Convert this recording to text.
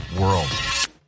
world